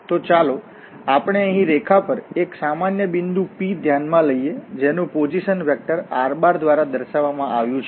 તો ચાલો આપણે અહીં રેખા પર એક સામાન્ય બિંદુ P ધ્યાનમાં લઈએ જેનુ પોઝિશન વેક્ટર r દ્વારા દર્શાવવામાં આવ્યું છે